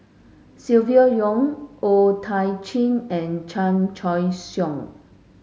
Silvia Yong O Thiam Chin and Chan Choy Siong